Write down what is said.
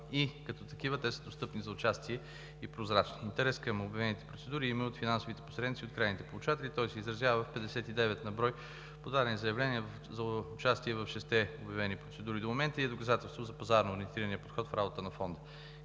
и като такива те са достъпни за участие и прозрачни. Интерес към обявените процедури има и от финансовите посредници, и от крайните получатели. Той се изразява в 59 на брой подадени заявления за участие в шестте обявени процедури до момента и е доказателство за пазарно ориентирания подход в работата на Фонд